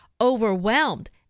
overwhelmed